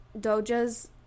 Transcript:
Doja's